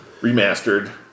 remastered